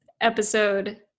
episode